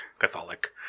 Catholic